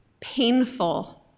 painful